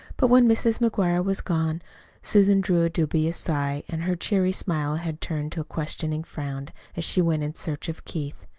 but when mrs. mcguire was gone susan drew a dubious sigh and her cheery smile had turned to a questioning frown as she went in search of keith.